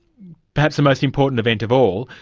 perhaps the most important event of all,